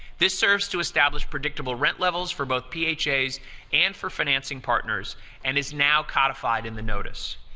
this serves to establish predictable rent levels for both phas and for financing partners and is now codified in the notice.